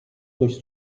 dość